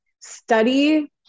study